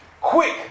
Quick